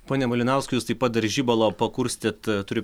pone malinauskai jūs taip pat dar žibalo pakurstyt turiu